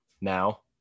Now